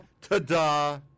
ta-da